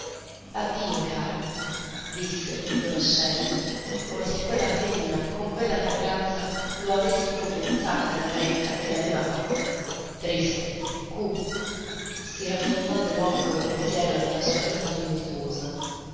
addio cara disse riconoscente come se quella femmina con quella fragranza lo avesse compensato della carezza che le aveva fatto triste cupo si raffondò di nuovo col pensiero nella sua vita tumultuosa